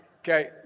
Okay